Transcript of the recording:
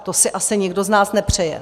To si asi nikdo z nás nepřeje.